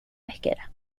pesquera